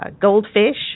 goldfish